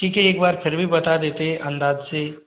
ठीक है एक बार फिर भी बता देते अंदाज़ से